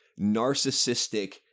narcissistic